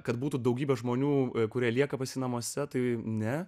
kad būtų daugybė žmonių kurie lieka basi namuose tai ne